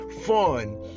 fun